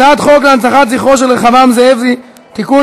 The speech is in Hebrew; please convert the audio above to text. הצעת חוק להנצחת זכרו של רחבעם זאבי (תיקון,